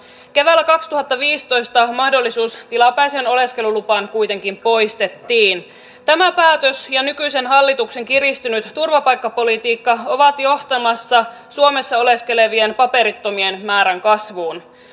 keväällä kaksituhattaviisitoista mahdollisuus tilapäiseen oleskelulupaan kuitenkin poistettiin tämä päätös ja nykyisen hallituksen kiristynyt turvapaikkapolitiikka ovat johtamassa suomessa oleskelevien paperittomien määrän kasvuun